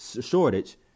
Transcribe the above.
shortage